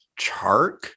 Chark